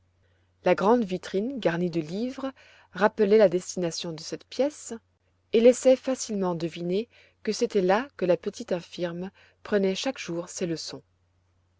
la grande vitrine garnie de livres l'appelait la destination de cette pièce et laissait facilement deviner que c'était là que la petite infirme prenait chaque jour ses leçons